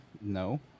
No